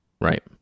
Right